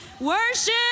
Worship